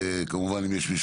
אם יש מישהו